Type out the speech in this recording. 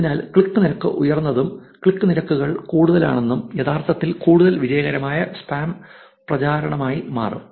അതിനാൽ ക്ലിക്ക് നിരക്ക് ഉയർന്നതും ക്ലിക്ക് നിരക്കുകൾ കൂടുതലാണെന്നതും യഥാർത്ഥത്തിൽ കൂടുതൽ വിജയകരമായ സ്പാം പ്രചാരണമായി മാറും